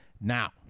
now